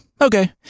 okay